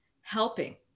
helping